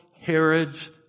Herod's